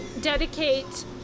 dedicate